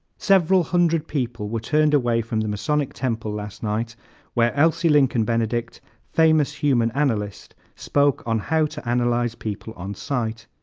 several hundred people were turned away from the masonic temple last night where elsie lincoln benedict, famous human analyst, spoke on how to analyze people on sight